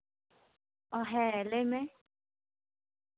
ᱚ ᱦᱮᱸ ᱞᱟᱹᱭ ᱢᱮ